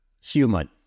Human